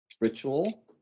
ritual